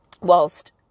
Whilst